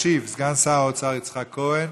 ישיב סגן שר האוצר יצחק כהן.